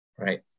Right